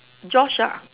Josh ah